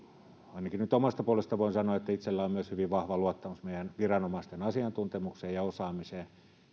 ainakin nyt omasta puolestani voin sanoa että itselläni on myös hyvin vahva luottamus meidän viranomaistemme asiantuntemukseen ja osaamiseen